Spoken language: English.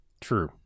True